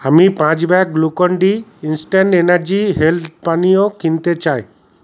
আমি পাঁচ bag Glucon D instant energy health পানীয় কিনতে চাই